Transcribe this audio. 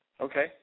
Okay